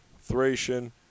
Thracian